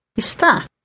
está